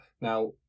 Now